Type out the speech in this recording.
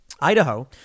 Idaho